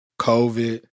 covid